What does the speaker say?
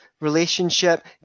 relationship